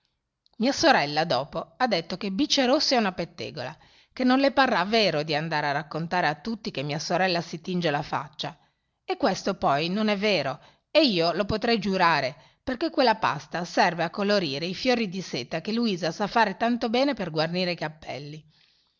mia sorella dopo ha detto che bice rossi è una pettegola che non le parrà vero di andare a raccontare a tutti che mia sorella si tinge la faccia e questo poi non è vero e io lo potrei giurare perché quella pasta serve a colorire i fiori di seta che luisa sa fare tanto bene per guarnire i cappelli